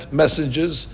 messages